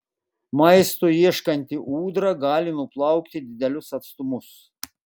maisto ieškanti ūdra gali nuplaukti didelius atstumus